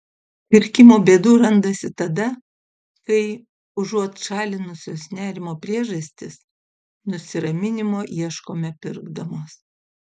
pirkimo bėdų randasi tada kai užuot šalinusios nerimo priežastis nusiraminimo ieškome pirkdamos